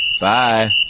Bye